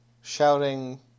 shouting